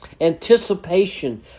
anticipation